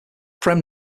prem